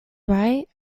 right